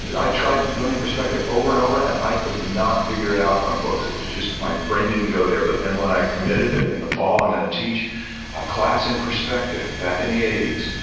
and i tried learning perspective over and over and i could not figure it out from books. it was just, my brain didn't go there. but then, when i committed that in the fall i'm going to teach a class in perspective, back in the eighty s,